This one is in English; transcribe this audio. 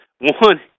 One